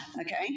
Okay